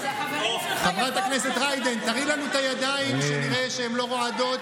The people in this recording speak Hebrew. שהחברים שלך יבואו כשהצבא קורא להם.